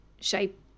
shape